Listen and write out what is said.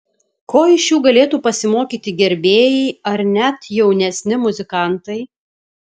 ko iš jų galėtų pasimokyti gerbėjai ar net jaunesni muzikantai